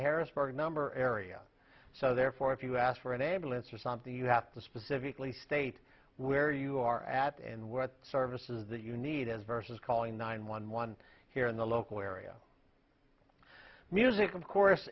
harrisburg number area so therefore if you ask for an ambulance or something you have to specifically state where you are at and what services that you need as versus calling nine one one here in the local area music of course